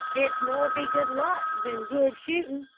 it's more be good luck than good shootin',